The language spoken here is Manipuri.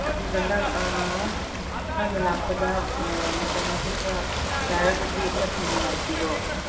ꯑꯗꯨꯒ ꯅꯪ ꯅꯪꯅ ꯂꯥꯛꯄꯗ ꯃꯇꯝꯁꯦ ꯈꯔ ꯌꯥꯔꯒꯗꯤ ꯈꯔ ꯊꯨꯅ ꯂꯥꯛꯄꯤꯔꯣ